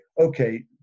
Okay